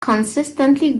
consistently